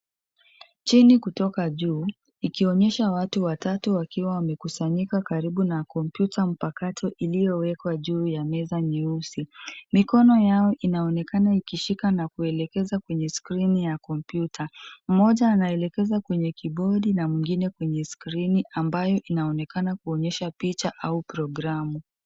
Chini kutoka juu ikionyesha watu watatu wakiwa wamekusanyika karibu na kompyuta mpakato iliyowekwa juu ya meza nyeusi. Mikono yao inaonekana ikishika na kuelekeza kwenye skrini ya kompyuta. Mmoja anaelekeza kwenye kibodi na mwingine kwenye skrini amabyo inaonekana kuonyesha picha au programu.